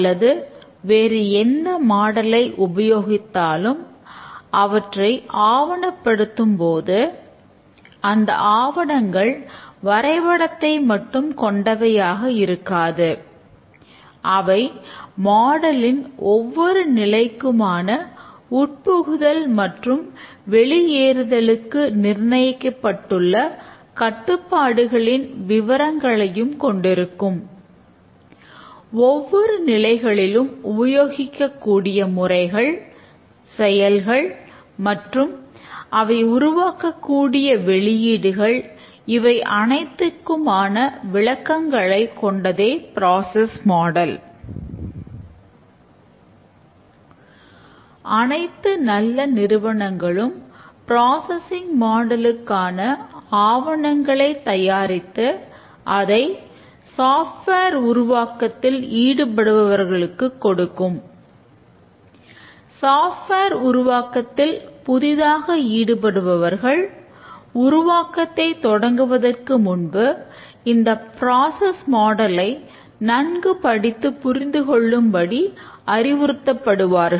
அனைத்து நல்ல நிறுவனங்களும் பிராசசிங் மாடலுக்கான நன்கு படித்து புரிந்து கொள்ளும்படி அறிவுறுத்தப்படுவார்கள்